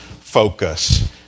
focus